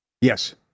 Yes